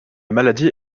maladie